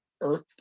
earth